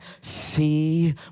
see